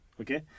Okay